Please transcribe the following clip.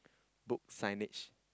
book signage